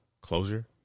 closure